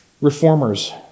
reformers